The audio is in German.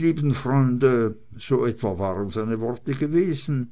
lieben freunde so etwa waren seine worte gewesen